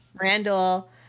Randall